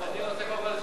אני רוצה קודם לדבר עם